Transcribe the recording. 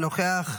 אינו נוכח,